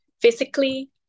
physically